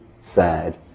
sad